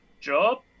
job